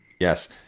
Yes